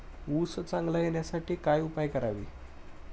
ऊस चांगला येण्यासाठी काय उपाय करावे?